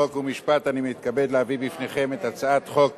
חוק ומשפט אני מתכבד להביא בפניכם את הצעת חוק